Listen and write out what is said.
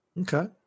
Okay